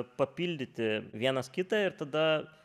papildyti vienas kitą ir tada